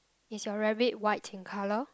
is your rabbit white in colour